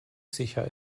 sicher